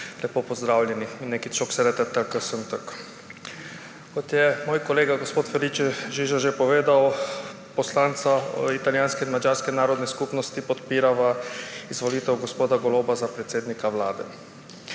lepo pozdravljeni! Mindenkit sok szeretettel köszöntök! Kot je moj kolega gospod Felice Žiža že povedal, poslanca italijanske in madžarske narodne skupnosti podpirava izvolitev gospoda Goloba za predsednika Vlade.